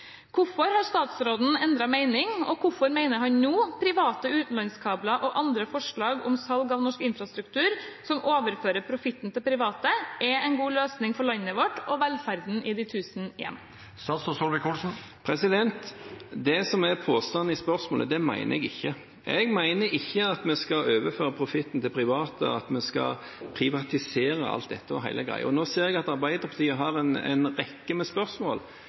Hvorfor har statsråden endret mening, og hvorfor mener han nå private utenlandskabler og andre forslag om salg av norsk infrastruktur, som overfører profitten til private, er en god løsning for landet vårt og 'velferden i de tusen hjem'?» Det som er påstanden i spørsmålet, mener jeg ikke. Jeg mener ikke at vi skal overføre profitten til private, og at vi skal privatisere alt dette. Nå ser jeg at Arbeiderpartiet har en rekke spørsmål